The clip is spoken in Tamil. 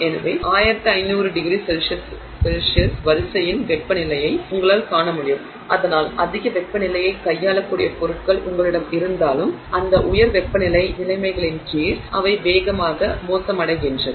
எனவே 1500º C வரிசையின் வெப்பநிலையை உங்களால் காண முடியும் அதனால் அதிக வெப்பநிலையைக் கையாளக்கூடிய பொருட்கள் உங்களிடம் இருந்தாலும் அந்த உயர் வெப்பநிலை நிலைமைகளின் கீழ் அவை வேகமாக மோசமடைகின்றன